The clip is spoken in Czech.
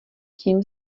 tím